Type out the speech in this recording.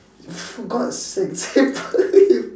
for god's sake